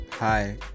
Hi